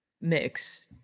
mix